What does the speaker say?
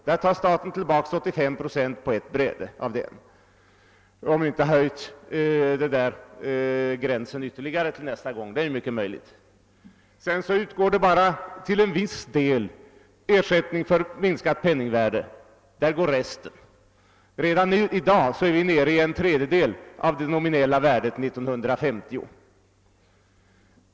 Där tar staten tillbaka 85 procent på ett bräde om inte maximigränsen då har höjts ytterligare — och det är mycket möjligt. Sedan utgår bara till en viss del ersättning för minskat penningvärde. Där försvinner resten; redan i dag är ersättningen på så sätt nere i en tredjedel av det reella värdet 1950.